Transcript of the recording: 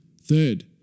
Third